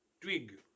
twig